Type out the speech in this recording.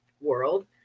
world